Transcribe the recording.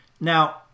Now